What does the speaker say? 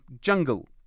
jungle